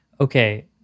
okay